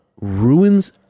ruins